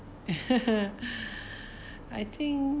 I think